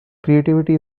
creativity